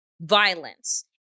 violence